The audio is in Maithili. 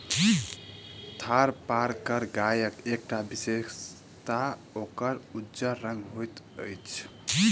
थारपारकर गायक एकटा विशेषता ओकर उज्जर रंग होइत अछि